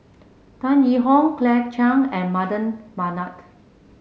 Tan Yee Hong Claire Chiang and Mardan Mamat